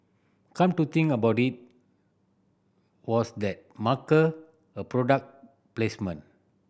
come to think about it was that marker a product placement